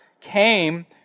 came